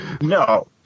No